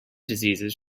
diseases